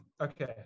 Okay